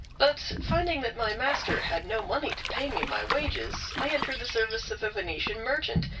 but finding that my master had no money to pay me my wages i entered the service of a venetian merchant,